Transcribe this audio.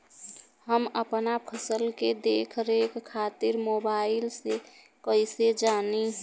हम अपना फसल के देख रेख खातिर मोबाइल से कइसे जानी?